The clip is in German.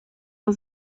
von